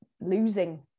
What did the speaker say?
losing